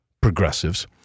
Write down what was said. progressives